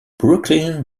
brooklyn